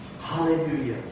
Hallelujah